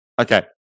okay